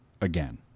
again